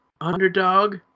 Underdog